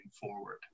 forward